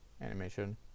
animation